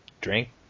drink